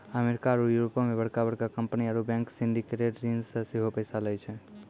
America आरु यूरोपो मे बड़का बड़का कंपनी आरु बैंक सिंडिकेटेड ऋण से सेहो पैसा लै छै